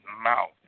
mouth